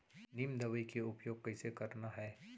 नीम दवई के उपयोग कइसे करना है?